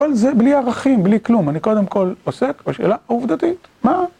כל זה בלי ערכים, בלי כלום, אני קודם כל עוסק בשאלה העובדתית, מה?